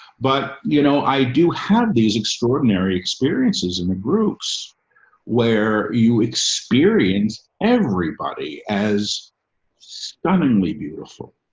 but you know, i do have these extraordinary experiences in the groups where you experience everybody as stunningly beautiful,